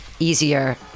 Easier